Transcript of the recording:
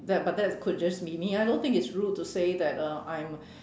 that but that could just be me I don't think it's rude say that uh I'm